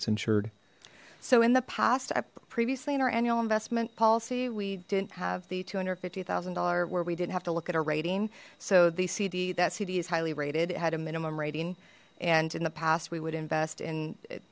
that's insured so in the past a previously in our annual investment policy we didn't have the two hundred and fifty thousand dollars where we didn't have to look at a rating so they cd that cd is highly rated it had a minimum rating and in the past we would invest in